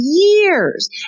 years